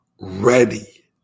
ready